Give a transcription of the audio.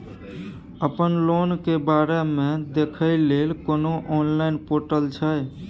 अपन लोन के बारे मे देखै लय कोनो ऑनलाइन र्पोटल छै?